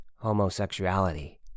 homosexuality